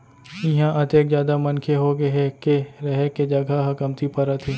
इहां अतेक जादा मनखे होगे हे के रहें के जघा ह कमती परत हे